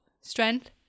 Strength